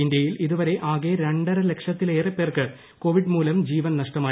ഇന്ത്യയിൽ ഇതുവരെ ആകെ രണ്ടര ലക്ഷത്തിലേറെ പേർക്ക് കോവിഡ് മൂലം ജീവൻ നഷ്ടമായി